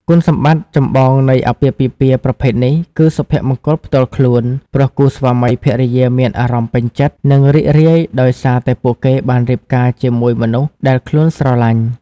គុណសម្បត្តិចម្បងនៃអាពាហ៍ពិពាហ៍ប្រភេទនេះ គឺសុភមង្គលផ្ទាល់ខ្លួន ព្រោះគូស្វាមីភរិយាមានអារម្មណ៍ពេញចិត្ត និងរីករាយដោយសារតែពួកគេបានរៀបការជាមួយមនុស្សដែលខ្លួនស្រលាញ់។